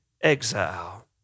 exile